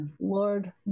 Lord